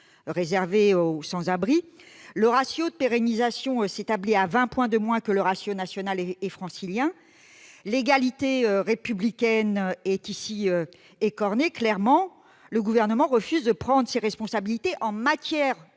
surtout, aux sans-abri. Le ratio de pérennisation s'établit à vingt points de moins que le ratio national et francilien ; l'égalité républicaine est ici écornée. Clairement, le Gouvernement refuse de prendre ses responsabilités en matière